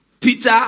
Peter